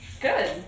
Good